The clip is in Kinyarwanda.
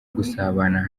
gusabana